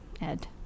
Ed